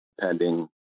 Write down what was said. pending